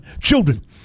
Children